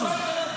הם קפצו.